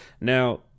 now